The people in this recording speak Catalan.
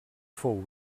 fou